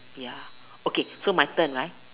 ya okay so my turn right